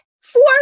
four